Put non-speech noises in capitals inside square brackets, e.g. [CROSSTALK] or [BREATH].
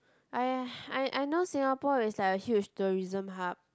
!aiya! [BREATH] I I know Singapore is like a huge tourism hub